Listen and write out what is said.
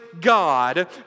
God